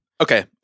Okay